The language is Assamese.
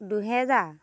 দুহেজাৰ